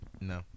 No